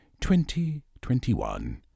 2021